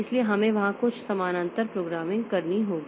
इसलिए हमें वहां कुछ समानांतर प्रोग्रामिंग करनी होगी